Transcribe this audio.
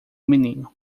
menino